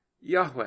Yahweh